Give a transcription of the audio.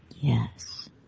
Yes